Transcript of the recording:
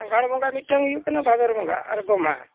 ᱟᱸᱜᱷᱟᱬ ᱵᱚᱸᱜᱟ ᱢᱤᱫᱴᱟᱝ ᱦᱩᱭᱩᱜ ᱠᱟᱱᱟ ᱵᱷᱟᱸᱫᱚᱨ ᱵᱚᱸᱜᱟ ᱟᱨ ᱜᱚᱢᱦᱟ